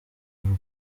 uru